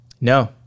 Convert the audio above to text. No